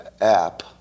app